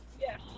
Yes